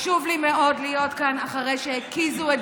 חשוב לי מאוד להיות כאן אחרי שהקיזו את